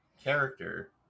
character